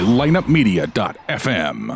lineupmedia.fm